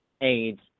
AIDS